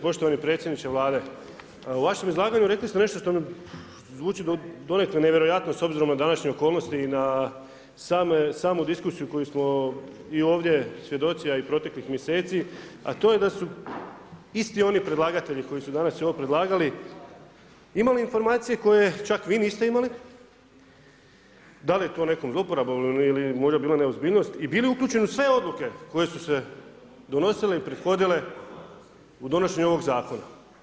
Poštovani predsjedniče Vlade, u vašem izlaganju rekli ste nešto što mi zvuči donekle nevjerojatno s obzirom na današnje okolnosti i na samu diskusiju koje smo i ovdje svjedoci a i proteklih mjeseci a to je da su isti oni predlagatelji koji su danas i ovo predlagali imali informacije koje čak vi niste imali, da li je to nekom zlouporabom ili je možda bila neozbiljnost i bili uključeni u sve odluke koje su se donosile i prethodile u donošenju ovog zakona?